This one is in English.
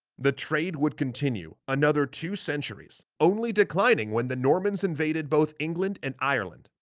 the trade would continue another two centuries, only declining when the normans invaded both england and ireland,